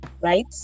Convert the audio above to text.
right